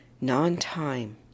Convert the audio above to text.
Non-time